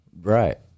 Right